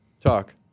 Talk